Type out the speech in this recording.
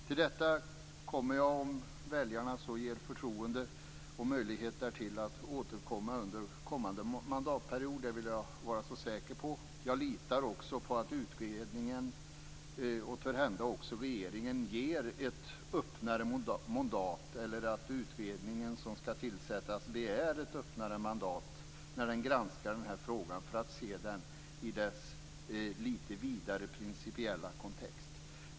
Till detta återkommer jag, om väljarna ger förtroende och möjlighet därtill, under kommande mandatperiod. Det kan ni vara så säkra på. Jag litar också på att utredningen - och törhända även regeringen - ger ett öppnare mandat, eller att utredningen som skall tillsättas begär ett öppnare mandat när den granskar den här frågan för att se den i dess litet vidare principiella kontext.